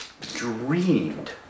dreamed